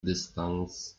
dystans